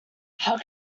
how